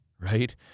Right